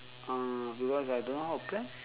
uh because I don't know how to plan